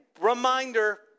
reminder